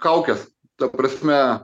kaukes ta prasme